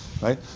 right